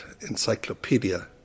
encyclopedia